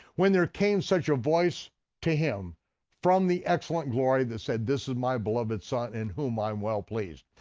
when there came such a voice to him from the excellent glory that said, this is my beloved son in whom i'm well pleased.